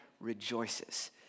rejoices